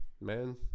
man